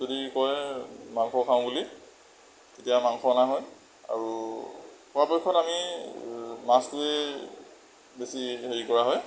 যদি কয় মাংস খাওঁ বুলি তেতিয়া মাংস অনা হয় আৰু পৰাপক্ষত আমি মাছটোৱে বেছি হেৰি কৰা হয়